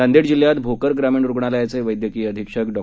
नांदेड जिल्ह्यात भोकर ग्रामीण रुग्णालयाचे वैद्यकीय अधिक्षक डॉ